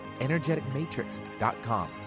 energeticmatrix.com